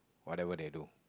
whatever they do